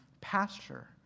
pasture